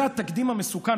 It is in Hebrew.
זה התקדים המסוכן.